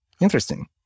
interesting